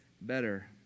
better